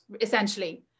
essentially